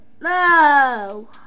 no